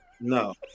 No